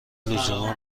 لزوما